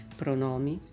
pronomi